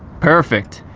perfect!